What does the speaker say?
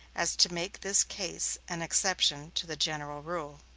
as to make this case an exception to the general rule.